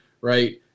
right